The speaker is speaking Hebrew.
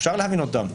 אפשר להבין אותם.